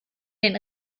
den